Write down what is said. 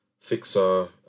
fixer